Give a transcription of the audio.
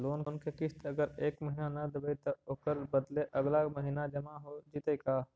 Loan के किस्त अगर एका महिना न देबै त ओकर बदले अगला महिना जमा हो जितै का?